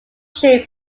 chain